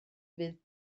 fydd